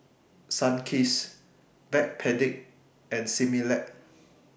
Sunkist Backpedic and Similac